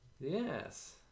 Yes